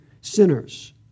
sinners